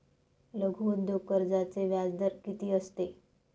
लघु उद्योग कर्जाचे व्याजदर किती असते?